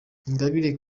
ingabire